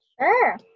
Sure